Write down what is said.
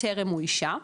טרם אוישה,